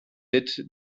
mit